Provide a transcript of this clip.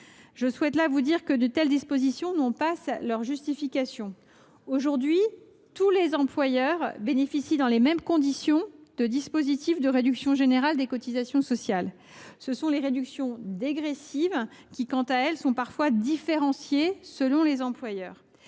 spécifique. À mon sens, de telles dispositions ne sont pas justifiées. Actuellement, tous les employeurs bénéficient dans les mêmes conditions de dispositifs de réduction générale des cotisations sociales. Ce sont les réductions dégressives qui, quant à elles, sont parfois différenciées selon les employeurs.